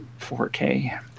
4k